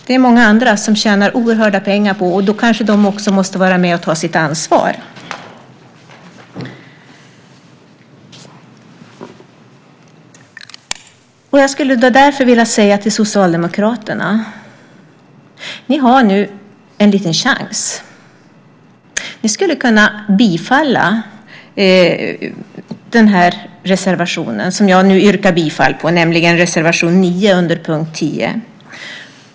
Det är många andra som tjänar oerhörda pengar på detta, och då måste de vara med och ta sitt ansvar. Jag skulle därför vilja säga till Socialdemokraterna: Ni har nu en liten chans. Ni skulle kunna bifalla reservation 9 under punkt 10, som jag nu yrkar bifall till.